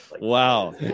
Wow